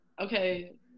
Okay